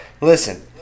Listen